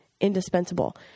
indispensable